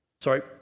Sorry